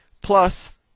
plus